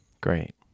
great